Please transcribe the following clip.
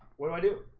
what do i do?